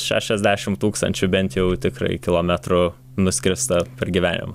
šešiasdešimt tūkstančių bent jau tikrai kilometrų nuskrista per gyvenimą